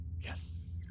Yes